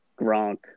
Gronk